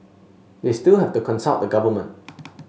they still have to consult the government